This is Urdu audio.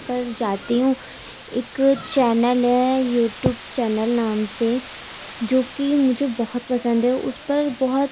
پر جاتی ہوں ایک چینل ہے یو ٹوب چینل نام سے جو کہ مجھے بہت پسند ہے اس پر بہت